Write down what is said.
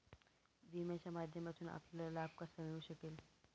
विम्याच्या माध्यमातून आपल्याला लाभ कसा मिळू शकेल?